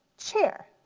chair.